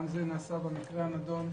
גם זה נעשה במקרה הנדון,